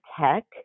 tech